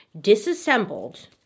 disassembled